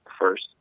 first